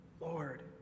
Lord